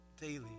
daily